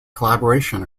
collaboration